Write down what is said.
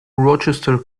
rochester